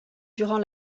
durant